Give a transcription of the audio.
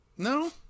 No